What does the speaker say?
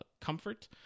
comfort